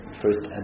first